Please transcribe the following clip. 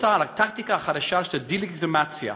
אותה לטקטיקה החדשה של הדה-לגיטימציה.